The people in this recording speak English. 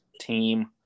team